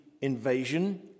invasion